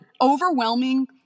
overwhelming